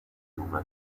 fiume